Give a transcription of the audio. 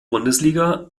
bundesliga